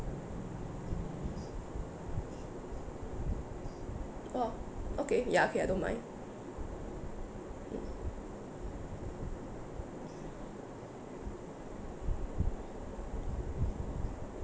orh okay ya okay I don't mind mm